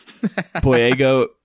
Boyega